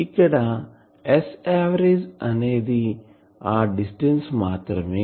ఇక్కడ S average అనేది ఆ డిస్టెన్స్ మాత్రమే